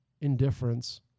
indifference